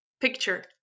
picture